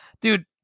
dude